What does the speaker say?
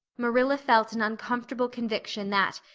marilla felt an uncomfortable conviction that,